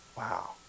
wow